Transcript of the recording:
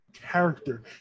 character